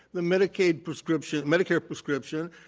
the medicaid prescription medicare prescription,